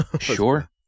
Sure